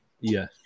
Yes